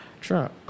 Trump